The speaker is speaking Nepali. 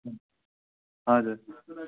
हजुर